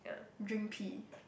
drink pee